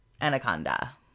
Anaconda